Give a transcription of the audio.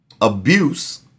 abuse